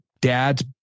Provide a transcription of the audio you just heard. dad's